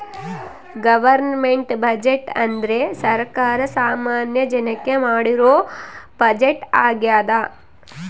government budget ಅಂದ್ರೆ ಸರ್ಕಾರ ಸಾಮಾನ್ಯ ಜನಕ್ಕೆ ಮಾಡಿರೋ ಬಜೆಟ್ ಆಗ್ಯದ